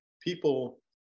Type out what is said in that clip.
people